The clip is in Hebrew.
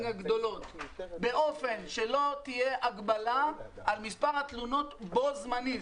הגדולות באופן שלא תהיה הגבלה על מספר התלונות בו-זמנית.